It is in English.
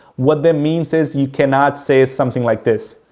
what that means is you cannot say something like this,